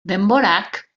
denborak